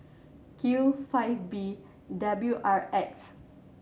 Q five B W R X